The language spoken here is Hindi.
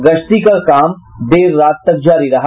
गश्ती का काम देर रात तक जारी रहा